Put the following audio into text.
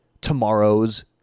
tomorrow's